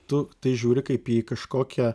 tu į tai žiūri kaip į kažkokią